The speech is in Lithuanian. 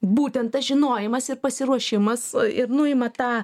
būtent tas žinojimas ir pasiruošimas ir nuima tą